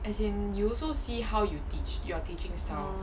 as in you also see how you teach your teaching style